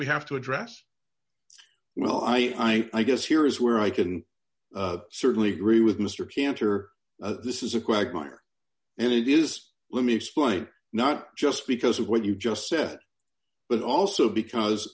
we have to address well i guess here is where i can certainly agree with mr cantor this is a quagmire and it is let me explain not just because of what you just said but also because